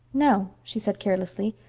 no, she said carelessly.